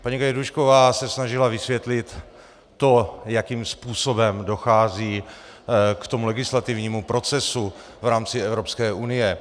Paní Gajdůšková se snažila vysvětlit to, jakým způsobem dochází k legislativnímu procesu v rámci Evropské unie.